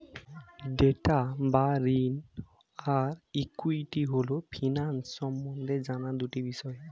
date বা ঋণ আর ইক্যুইটি হল ফিন্যান্স সম্বন্ধে জানার দুটি বিষয়